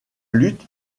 lutte